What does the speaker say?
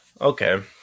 okay